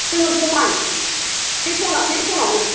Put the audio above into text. जोङो समान बे सनआवनो